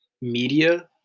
media